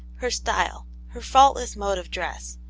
her style, her faultless mode of dress,